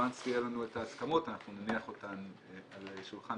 מרגע שיהיו לנו את ההסכמות אנחנו נניח אותן על שולחן